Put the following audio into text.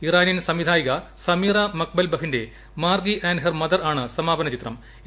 Iranian സംവിധായിക Samira മക്മൽ ബഫിന്റെ മാർഗി ആന്റ് ഹെർ മദർ ആണ് സമാപന ചിത്രം